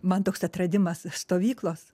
man toks atradimas stovyklos